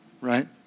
right